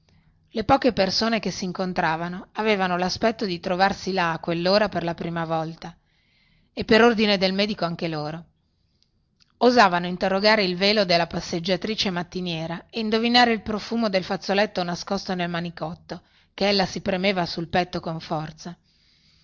le poche persone che si incontravano avevano laspetto di trovarsi là a quellora per la prima volta e per ordine del medico anche loro osavano interrogare il velo della passeggiatrice mattiniera e indovinare il profumo del fazzoletto nascosto nel manicotto che ella si premeva sul petto con forza